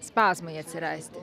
spazmai atsirasti